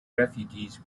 refugees